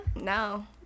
No